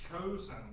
chosen